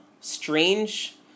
strange